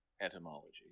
etymology